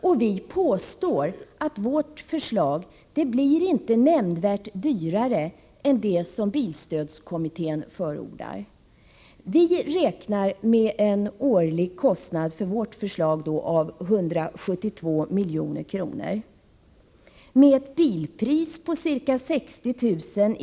Vi påstår att vårt förslag inte blir nämnvärt dyrare än det som bilstödskommittén lägger fram. För vårt förslag räknar vi med en årlig kostnad på 172 milj.kr. Med ett bilpris på ca 60 000 kr.